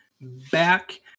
back